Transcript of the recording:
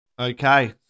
Okay